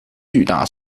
巨大